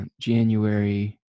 January